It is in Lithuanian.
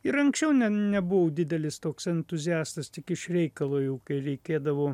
ir anksčiau ne nebuvau didelis toks entuziastas tik iš reikalo jau kai reikėdavo